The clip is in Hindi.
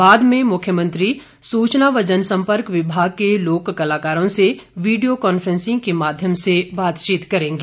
बाद में मुख्यमंत्री सूचना व जन संपर्क विभाग के लोक कलाकारों से वीडियो कॉन्फैसिंग के माध्यम से बातचीत करेंगे